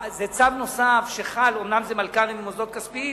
זה צו נוסף שחל, אומנם על מלכ"רים ומוסדות כספיים,